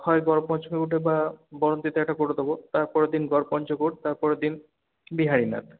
হয় গড়পঞ্চকোটে বা গড়বেতায় একটা করে দেব তারপরের দিন গড়পঞ্চকোট তারপরের দিন বিহারিনাথ